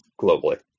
globally